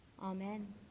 Amen